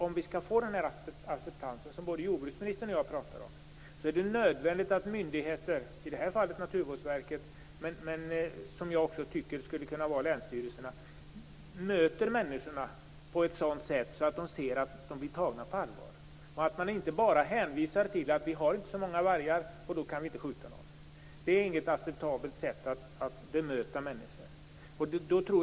Om vi skall få den acceptans som både jordbruksministern och jag har talat om, är det nödvändigt att myndigheter - i det här fallet Naturvårdsverket - men även länsstyrelserna möter människorna så att de ser att de blir tagna på allvar. Man skall inte bara hänvisa till att det inte finns så många vargar och därför skall de inte skjutas. Det är inte ett acceptabelt sätt att bemöta människor.